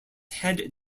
head